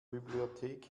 bibliothek